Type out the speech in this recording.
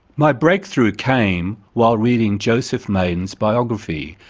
my breakthrough ah came while reading joseph maiden's biography,